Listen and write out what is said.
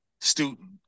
student